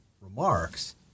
remarks—